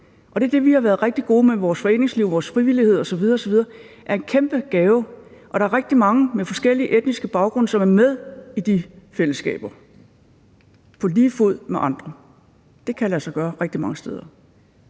det er det, vi har været rigtig gode til det med vores foreningsliv og vores frivillighed osv., osv. – det er en kæmpe gave. Og der er rigtig mange med forskellige etniske baggrunde, som er med i de fællesskaber på lige fod med andre. Det kan lade sig gøre rigtig mange steder.